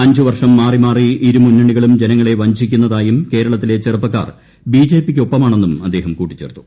അഞ്ച് വർഷം മാറി മാറി ഇരുമുന്നണികളും ജനങ്ങളെ പ്പ്ച്ചിക്കുന്നതായും കേരളത്തിലെ ചെറുപ്പക്കാർ ബിജെപിയ്ക്കൊപ്പുമാണ്ണും അദ്ദേഹം കൂട്ടിച്ചേർത്തു